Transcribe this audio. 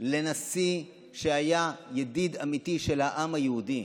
לנשיא שהיה ידיד אמיתי של העם היהודי,